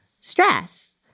stress